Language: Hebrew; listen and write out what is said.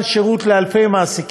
וניתן בהם שירות לאלפי מעסיקים.